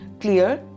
clear